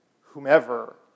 whomever